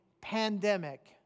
pandemic